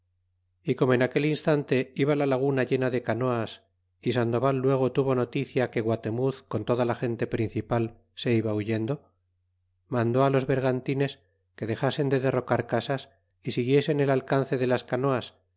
y como en aquel instante iba la laguna llena de canoas y sandoval luego tuvo noticia que guatemuz con toda la gente principal se iba huyendo mandó los bergantines que dexasen de derrocar casas y siguiesen el alcance de las canoas